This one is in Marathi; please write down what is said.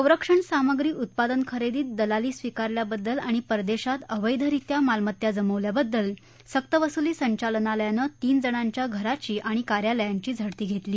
संरक्षण सामुग्री उत्पादन खरेदीत दलाली स्वीकारल्याबद्दल आणि परदेशात अवैध रीत्या मालमत्ता जमवल्याबद्दल सक्तवसुली संचालनालयानं तीन जणांच्या घरांची आणि कार्यालयांची झडती घेतली